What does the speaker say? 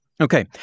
Okay